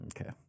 Okay